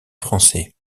français